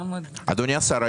אדוני השר,